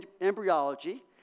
embryology